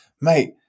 mate